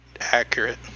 accurate